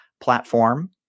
platform